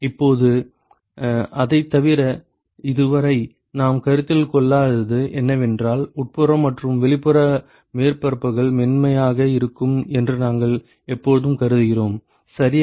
இப்போது அதைத் தவிர இதுவரை நாம் கருத்தில் கொள்ளாதது என்னவென்றால் உட்புறம் மற்றும் வெளிப்புற மேற்பரப்புகள் மென்மையாக இருக்கும் என்று நாங்கள் எப்போதும் கருதுகிறோம் சரியா